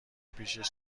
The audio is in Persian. پیشش